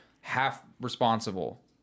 half-responsible